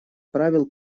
правил